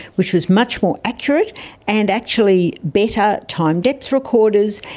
which was much more accurate and actually better time depth recorders.